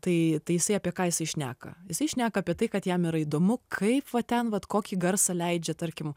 tai tai jisai apie ką jisai šneka jisai šneka apie tai kad jam yra įdomu kaip va ten vat kokį garsą leidžia tarkim